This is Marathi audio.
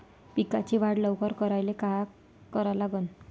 पिकाची वाढ लवकर करायले काय करा लागन?